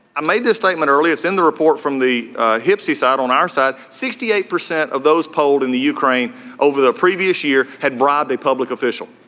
i made this statement earlier in the report from the hips, he sat on our side. sixty eight percent of those polled in the ukraine over the previous year had bribe a public official.